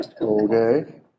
Okay